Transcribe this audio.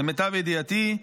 למיטב ידיעתי,